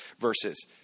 Verses